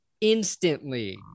instantly